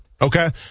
Okay